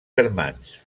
germans